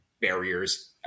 barriers